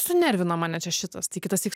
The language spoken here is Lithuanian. sunervino mane čia šitas tai kitąsyk